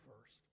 first